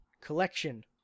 collection